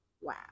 Wow